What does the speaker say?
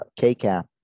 KCAP